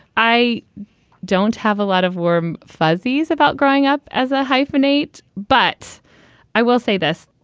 i don't have a lot of warm fuzzies about growing up as a hyphenate, but i will say this.